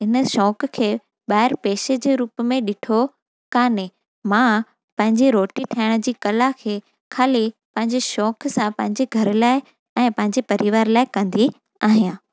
हिन शौक़ खे ॿाहिरि पेशे जे रूप में ॾिठो कोन्हे मां पंहिंजे रोटी ठाहिण जी कला खे ख़ाली पंहिंजे शौक़ सां पंहिंजे घर लाइ ऐं पंहिंजे परिवार लाइ कंदी आहियां